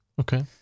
okay